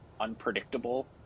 unpredictable